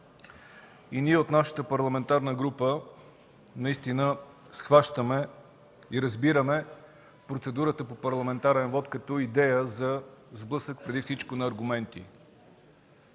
г. Ние от нашата парламентарна група схващаме и разбираме процедурата по парламентарен вот като идея за сблъсък преди всичко на аргументи.